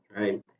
right